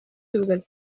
түгел